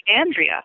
Andrea